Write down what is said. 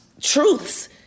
truths